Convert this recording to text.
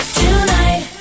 tonight